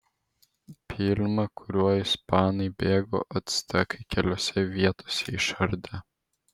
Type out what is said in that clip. pylimą kuriuo ispanai bėgo actekai keliose vietose išardė